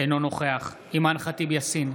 אינו נוכח אימאן ח'טיב יאסין,